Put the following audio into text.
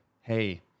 Hey